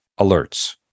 alerts